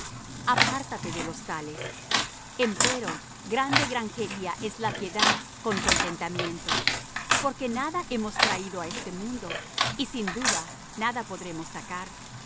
apártate de los tales empero grande granjería es la piedad con contentamiento porque nada hemos traído á este mundo y sin duda nada podremos sacar